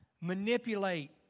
manipulate